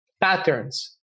patterns